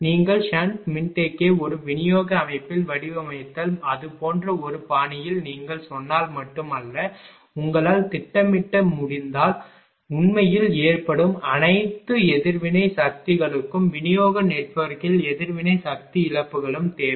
நீங்கள் ஷன்ட் மின்தேக்கியை ஒரு விநியோக அமைப்பில் வடிவமைத்தால் அது போன்ற ஒரு பாணியில் நீங்கள் சொன்னால் மட்டும் அல்ல உங்களால் திட்டமிட முடிந்தால் உண்மையில் ஏற்றப்படும் அனைத்து எதிர்வினை சக்திகளுக்கும் விநியோக நெட்வொர்க்கில் எதிர்வினை சக்தி இழப்புகளும் தேவை